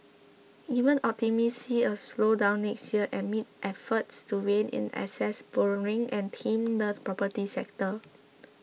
even optimists see a slowdown next year amid efforts to rein in excess borrowing and tame the property sector